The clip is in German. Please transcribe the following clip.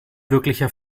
wirklicher